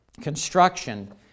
construction